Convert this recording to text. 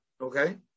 Okay